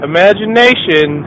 Imagination